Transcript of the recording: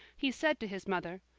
he said to his mother,